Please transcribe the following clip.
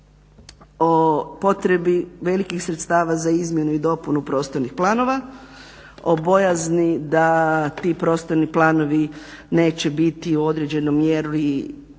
o potrebi velikih sredstava za izmjenu i dopunu prostornih planova, o bojazni da ti prostorni planovi neće biti u određenoj mjeri